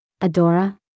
Adora